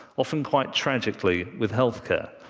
often quite tragically, with health care,